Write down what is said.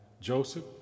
Joseph